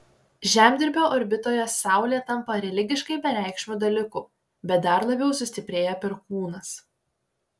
žemdirbio orbitoje saulė tampa religiškai bereikšmiu dalyku bet dar labiau sustiprėja perkūnas